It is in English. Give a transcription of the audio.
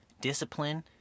discipline